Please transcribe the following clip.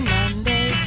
Monday